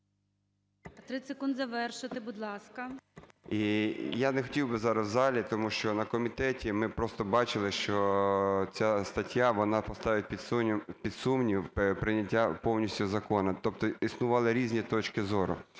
30 секунд завершити. Будь ласка. ІВАНЧУК А.В. І я не хотів би зараз в залі, тому що на комітеті ми просто бачили, що ця стаття, вона поставить під сумнів прийняття повністю закону, тобто існували різні точки зору.